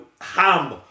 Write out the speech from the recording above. ham